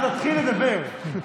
אז נתחיל לדבר.